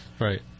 Right